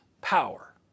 power